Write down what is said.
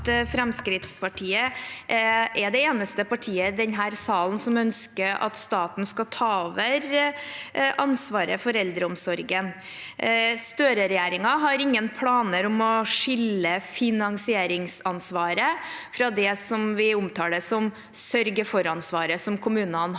Fremskrittspartiet er det eneste partiet i denne salen som ønsker at staten skal ta over ansvaret for eldreomsorgen. Støre-regjeringen har ingen planer om å skille finansieringsansvaret fra det vi omtaler som sørge-for-ansvaret, som kommunene har